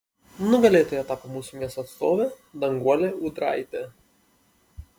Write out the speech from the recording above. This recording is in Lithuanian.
nugalėtoja tapo mūsų miesto atstovė danguolė ūdraitė